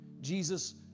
Jesus